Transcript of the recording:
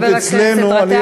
חבר הכנסת גטאס.